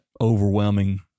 overwhelming